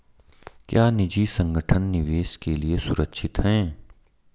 क्या निजी संगठन निवेश के लिए सुरक्षित हैं?